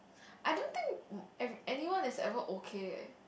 I don't think any~ anyone is ever okay eh